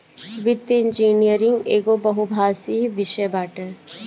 वित्तीय इंजनियरिंग एगो बहुभाषी विषय बाटे